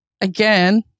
Again